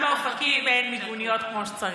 גם באופקים אין מיגוניות כמו שצריך.